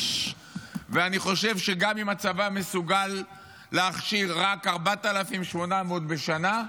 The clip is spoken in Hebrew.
אני חושב שגם אם הצבא מסוגל להכשיר רק 4,800 בשנה,